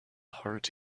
heart